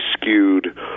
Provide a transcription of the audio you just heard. skewed